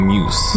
Muse